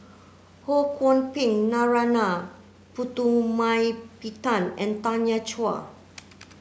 Ho Kwon Ping Narana Putumaippittan and Tanya Chua